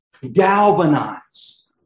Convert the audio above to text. galvanize